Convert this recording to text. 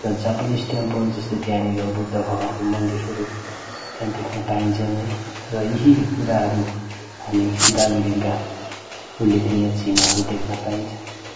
र Japanese temple जस्तै त्यहाँनिर बुद्ध भगवान्को मन्दिरहरू त्यहाँ देख्न पाइन्छन् है र यही कुराहरू हामी दार्जिलिङका उल्लेखनीय चिह्नहरू देख्न पाइन्छ